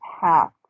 half